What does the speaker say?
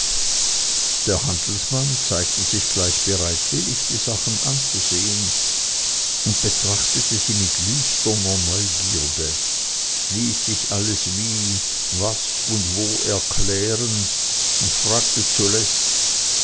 der handelsmann zeigte sich gleich bereitwillig die sachen anzusehen betrachtete sie mit lüsterner neugierde ließ sich alles wie was und wo erklären und fragte zuletzt